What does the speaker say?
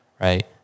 right